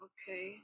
Okay